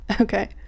Okay